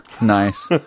Nice